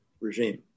regime